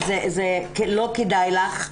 לא כדאי לך.